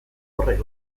horrek